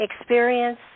experience